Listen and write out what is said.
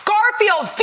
Garfield